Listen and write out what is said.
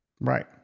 Right